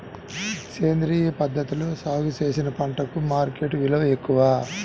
సేంద్రియ పద్ధతిలో సాగు చేసిన పంటలకు మార్కెట్ విలువ ఎక్కువ